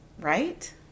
right